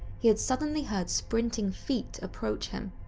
he had suddenly heard sprinting feet approach him.